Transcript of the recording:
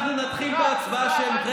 אנחנו נתחיל בהצבעה שמית,